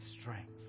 strength